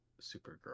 Supergirl